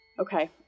Okay